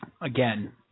again